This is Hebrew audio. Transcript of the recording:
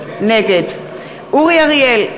נגד אורי אריאל,